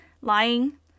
lying